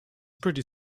pretty